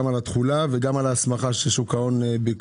גם על התחולה ועל ההסמכה שרשות שוק ההון ביקשו.